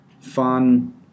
fun